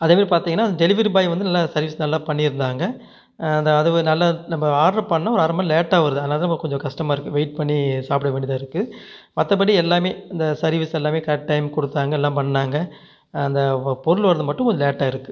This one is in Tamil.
அதேமாரி பார்த்தீங்கனா அந்த டெலிவரி பாய் வந்து நல்லா சர்வீஸ் நல்லா பண்ணி இருந்தாங்க அது ஒரு நல்ல நம்ம ஆர்ட்ரு பண்ணா ஒரு அரை மண்நேரம் லேட்டாக வருது அதனால் தான் கொஞ்சம் கஷ்டமாக இருக்கு வெயிட் பண்ணி சாப்பிட வேண்டியதாக இருக்கு மற்றபடி எல்லாமே இந்த சர்வீஸ் எல்லாமே கரெட் டைமுக்கு கொடுத்தாங்க எல்லாம் பண்ணாங்க அந்த வ பொருள் வர்றது மட்டும் கொஞ்சம் லேட்டாகிருக்கு